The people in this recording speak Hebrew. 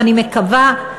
ואני מקווה,